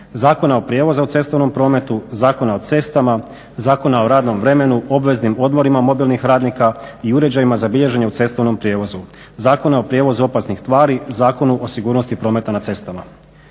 Zakona o prijevozu opasnih tvari, Zakona o sigurnosti prometa na cestama.